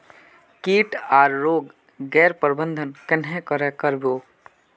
किट आर रोग गैर प्रबंधन कन्हे करे कर बो?